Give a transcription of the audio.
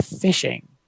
fishing